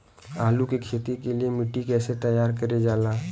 आलू की खेती के लिए मिट्टी कैसे तैयार करें जाला?